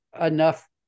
enough